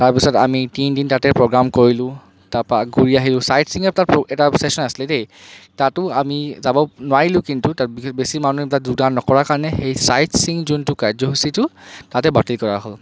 তাৰ পিছত আমি তিনিদিন তাতে প্ৰগ্ৰেম কৰিলো তাৰ পৰা ঘুৰি আহিও ছাইট চিয়িং এটা চেশ্যন আছিলে দেই তাতো আমি যাব নোৱাৰিলো কিন্তু তাত বিশেষ বেছি মানুহে তাত যোগদান নকৰা কাৰণে সেই চাইট চিয়িং যোনটো কাৰ্যসূচীটো তাতে বাতিল কৰা হ'ল